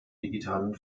digitalen